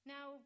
Now